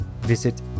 visit